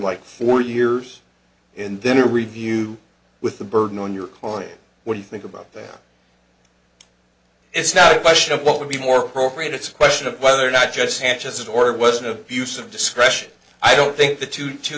like four years and then review with the burden on your client would you think about it's not a question of what would be more appropriate it's a question of whether or not just sanchez is or wasn't abusive discretion i don't think that to two